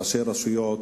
ראשי רשויות,